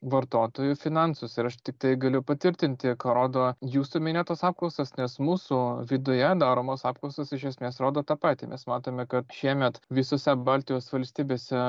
vartotojų finansus ir aš tiktai galiu patvirtinti ką rodo jūsų minėtos apklausos nes mūsų viduje daromos apklausos iš esmės rodo tą patį mes matome kad šiemet visose baltijos valstybėse